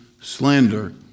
slander